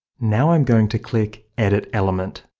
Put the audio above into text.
now i'm going to click edit element.